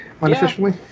unofficially